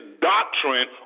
doctrine